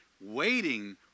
Waiting